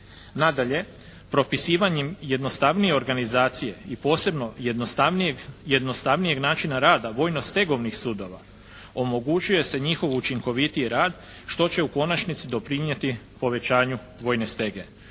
Nadalje, propisivanjem jednostavnije organizacije i posebno jednostavnijeg načina rada vojno stegovnih sudova omogućuje se njihov učinkovitiji rad što će u konačnici doprinijeti povećanju vojne stege.